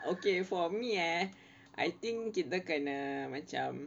okay for me eh I think kita kena macam